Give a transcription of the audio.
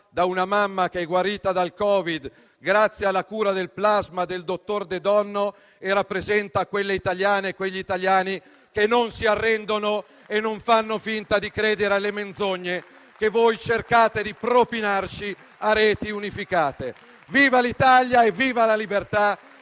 da una mamma che è guarita dal Covid-19, grazie alla cura al plasma del dottor De Donno, e rappresenta quelle italiane e quegli italiani che non si arrendono e che non fanno finta di credere alle menzogne che voi cercate di propinarci a reti unificate. Viva l'Italia, viva la libertà,